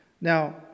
now